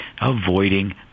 avoiding